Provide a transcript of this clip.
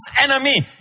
enemy